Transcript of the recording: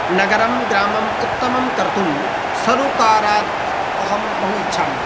नगरं ग्रामम् उत्तमं कर्तुं सर्वकारात् अहं बहु इच्छामि